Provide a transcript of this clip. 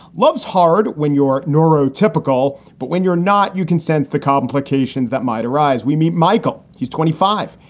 love is hard when you're neurotypical, but when you're not, you can sense the complications that might arise. we meet michael. he's twenty five.